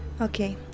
Okay